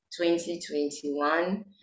2021